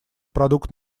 продукт